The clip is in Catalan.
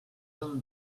del